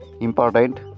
important